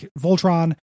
Voltron